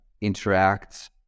interact